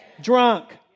Drunk